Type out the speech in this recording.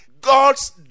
god's